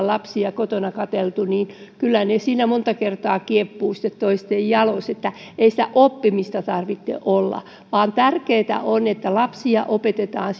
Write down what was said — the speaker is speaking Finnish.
lapsia kotona katselleet että kyllä ne siinä monta kertaa kieppuvat toisten jaloissa että ei sitä oppimista tarvitse olla vaan tärkeätä on että lapsia opetetaan